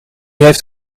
heeft